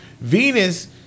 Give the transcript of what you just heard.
Venus